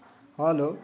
hello